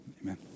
Amen